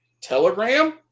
Telegram